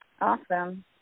awesome